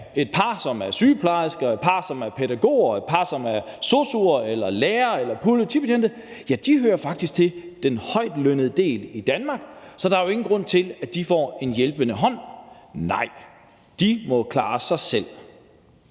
et par, som er sygeplejersker, et par, som er pædagoger, et par, som er sosu'er eller lærere eller politibetjente, faktisk hører til den højtlønnede del af Danmark, så der er jo ingen grund til, at de får en hjælpende hånd. Nej, de må klare sig selv.